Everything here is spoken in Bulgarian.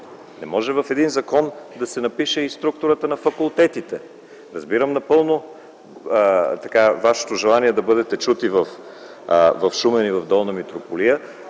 Не може в закон да се напише и структурата на факултетите. Разбирам напълно вашето желание да бъдете чути в Шумен и Долна Митрополия.